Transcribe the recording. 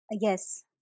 Yes